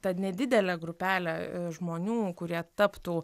ta nedidelė grupelė žmonių kurie taptų